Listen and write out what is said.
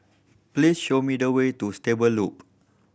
please show me the way to Stable Loop